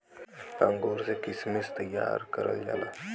अंगूर से किशमिश तइयार करल जाला